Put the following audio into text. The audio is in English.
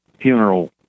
funeral